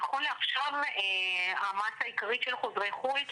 נכון לעכשיו המסה העיקרית של חוזרי חו"ל,